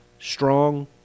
strong